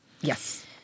Yes